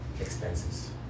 expenses